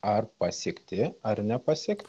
ar pasiekti ar nepasiek